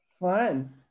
Fun